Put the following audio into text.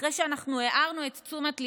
אחרי שאנחנו הערנו את תשומת ליבם,